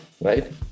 right